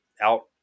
out